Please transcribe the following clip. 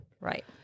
Right